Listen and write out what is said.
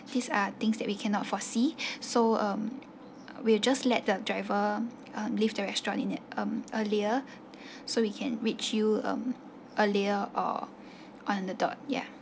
these are things that we cannot foresee so um we'll just let the driver uh leave the restaurant in um earlier so we can reach you um earlier or on the dot ya